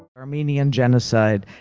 armenian genocide,